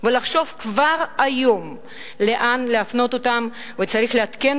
ולחשוב כבר היום לאן להפנות אותם, וצריך לעדכן